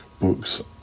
books